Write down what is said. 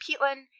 peatland